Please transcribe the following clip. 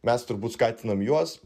mes turbūt skatinam juos